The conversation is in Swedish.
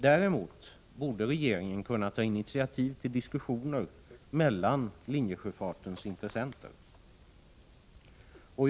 Däremot borde regeringen kunna ta initiativ till diskussioner mellan linjesjöfartens intressenter.